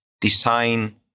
design